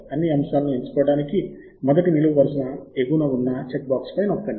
అన్ని అంశాలను ఎంచుకోవడానికి మొదటి నిలువు వరుస ఎగువన ఉన్న చెక్ బాక్స్ పై నొక్కండి